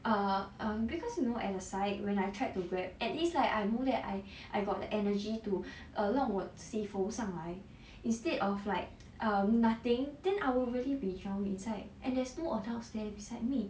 err err because you know at the side when I tried to grab at least like I know that I I got the energy to err 让我自己浮上来 instead of like err nothing then I will really be drown inside and there's no adults there beside me